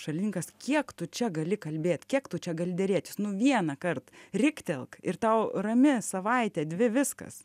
šalininkas kiek tu čia gali kalbėt kiek tu čia gali derėtis nu vienąkart riktelk ir tau rami savaitė dvi viskas